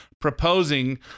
proposing